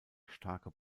starke